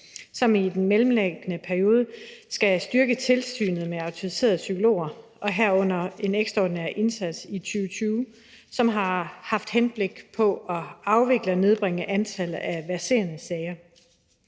som i den mellemliggende periode skal styrke tilsynet med autoriserede psykologer, herunder en ekstraordinær indsats i 2020 med henblik på at afvikle og nedbringe antallet af verserende sager.